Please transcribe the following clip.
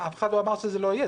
-- אף אחד לא אמר שזה לא יהיה.